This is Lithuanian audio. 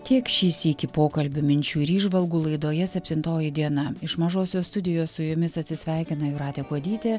tiek šį sykį pokalbių minčių ir įžvalgų laidoje septintoji diena iš mažosios studijos su jumis atsisveikina jūratė kuodytė